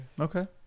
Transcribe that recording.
okay